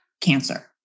cancer